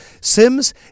Sims